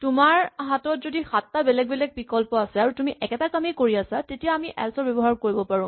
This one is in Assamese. তোমাৰ হাতত যদি সাতটা বেলেগ বেলেগ বিকল্প আছে আৰু তুমি একেটা কামেই কৰি আছা তেতিয়া আমি এল্চ ব্যৱহাৰ কৰিব পাৰো